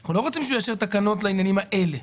אנחנו לא רוצים שהוא יאשר תקנות לעניינים האלה.